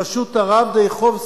בראשות הרב דיכובסקי,